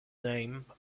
name